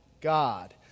God